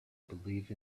believe